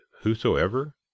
Whosoever